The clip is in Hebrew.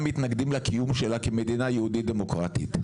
מתנגדים לקיום שלה כמדינה יהודית דמוקרטית.